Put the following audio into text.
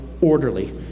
orderly